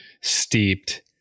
steeped